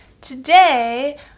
Today